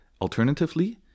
alternatively